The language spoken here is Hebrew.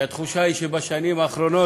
כי התחושה היא שבשנים האחרונות,